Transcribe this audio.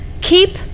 Keep